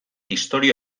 istorio